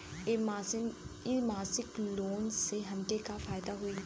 इ मासिक लोन से हमके का फायदा होई?